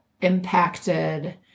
impacted